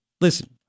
listen